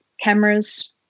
cameras